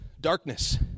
darkness